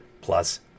plus